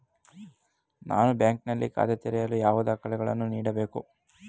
ನಾನು ಬ್ಯಾಂಕ್ ನಲ್ಲಿ ಖಾತೆ ತೆರೆಯಲು ಯಾವ ದಾಖಲೆಗಳನ್ನು ನೀಡಬೇಕು?